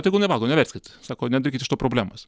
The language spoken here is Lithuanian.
tegu nevalgo neverskit sako nedarykit iš to problemos